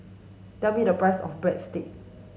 tell me the price of Breadsticks